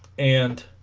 and